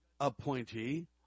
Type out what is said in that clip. appointee